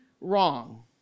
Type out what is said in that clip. wrong